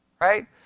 right